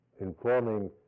informing